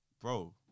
Bro